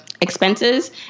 Expenses